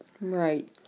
right